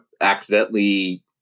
accidentally